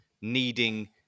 needing